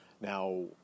Now